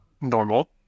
normal